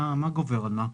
מה גובר על מה?